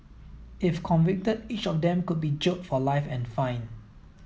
if convicted each of them could be jailed for life and fined